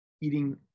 eating